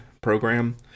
program